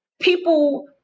people